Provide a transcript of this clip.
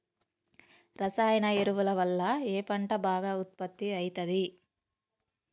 రసాయన ఎరువుల వల్ల ఏ పంట బాగా ఉత్పత్తి అయితది?